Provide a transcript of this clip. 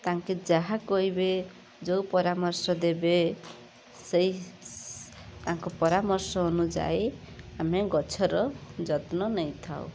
ତାଙ୍କେ ଯାହା କହିବେ ଯେଉଁ ପରାମର୍ଶ ଦେବେ ସେଇ ତାଙ୍କ ପରାମର୍ଶ ଅନୁଯାୟୀ ଆମେ ଗଛର ଯତ୍ନ ନେଇଥାଉ